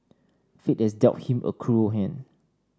fate has dealt him a cruel hand